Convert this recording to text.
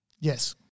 Yes